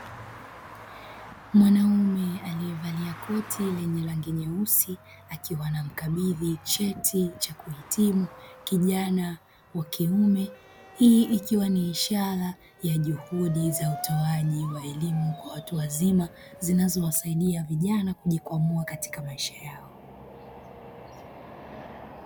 Mwanaume alievalia koti lenye rangi nyeusi akiwa anamkabidhi cheti cha kuhitimu kijana wa kiume, hii ikiwa ni ishara ya juhudi za utoaji wa elimu kwa watu wazima zinazowasaidia vijana kujikwamua katika maisha yao.